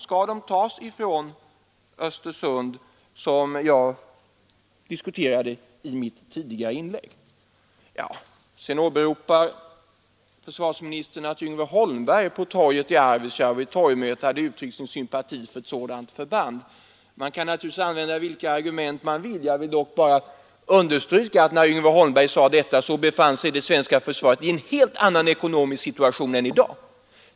Skall de tas från Östersund, som jag diskuterade i mitt tidigare inlägg? Sedan åberopar försvarsministern att Yngve Holmberg vid ett torgmöte i Arvidsjaur hade uttryckt sympati för ett sådant förband. Man kan naturligtvis använda vilka argument man önskar; jag vill dock understryka att när Yngve Holmberg sade detta befann sig det svenska försvaret i en helt annan ekonomisk situation än i dag.